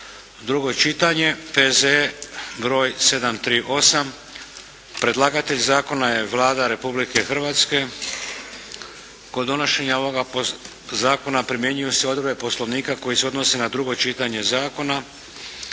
drugo čitanje P.Z.E. br. 738 Predlagatelj zakona je Vlada Republike Hrvatske. Kod donošenja ovoga zakona primjenjuju se odredbe Poslovnika koji se odnosi na drugo čitanje zakona.